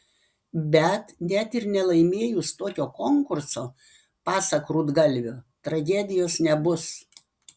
bet net ir nelaimėjus tokio konkurso pasak rudgalvio tragedijos nebus